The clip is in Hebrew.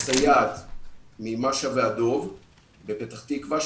הסייעת מפתח תקווה,